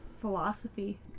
philosophy